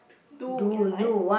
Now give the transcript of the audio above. do in life